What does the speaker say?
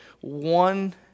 one